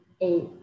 eight